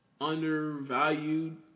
undervalued